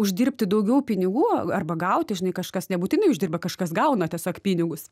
uždirbti daugiau pinigų arba gauti žinai kažkas nebūtinai uždirba kažkas gauna tiesiog pinigus